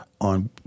on